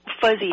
fuzzy